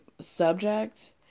subject